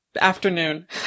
afternoon